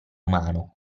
umano